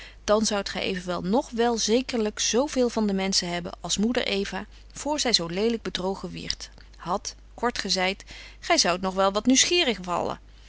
dan zoudt gy evenwel nog wel zekerlyk zo veel van den mensch hebben als moeder eva vr zy zo lelyk bedrogen wierdt hadt kort gezeit gy zoudt nog wel wat nieuwsgierig